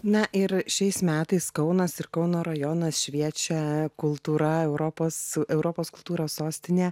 na ir šiais metais kaunas ir kauno rajonas šviečia kultūra europos europos kultūros sostinė